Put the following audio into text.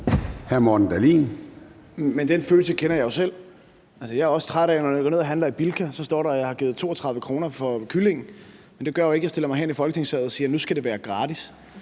Men den følelse kender jeg jo selv. Jeg er også træt af, at der, når jeg handler i Bilka, står, at jeg har givet 32 kr. for kylling, men det gør jo ikke, at jeg stiller mig herind i Folketingssalen og siger, at det nu skal være gratis.